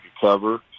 cover